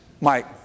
Mike